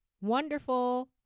wonderful